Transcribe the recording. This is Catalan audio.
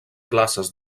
classes